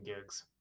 gigs